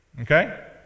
okay